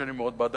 שאני מאוד בעדה,